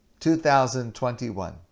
2021